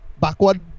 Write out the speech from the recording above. backward